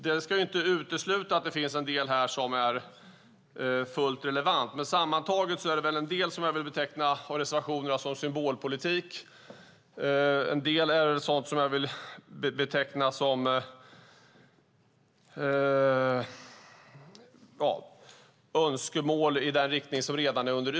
Det ska inte utesluta att det finns en hel del här som är fullt relevant. Sammantaget vill jag beteckna en del av reservationerna som symbolpolitik; en del är önskemål i en riktning som redan utreds.